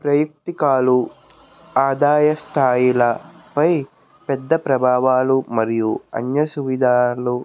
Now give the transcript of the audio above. ప్రయుక్తికాలు ఆదాయ స్థాయులపై పెద్ద ప్రభావాలు మరియు అన్యసు విధాలు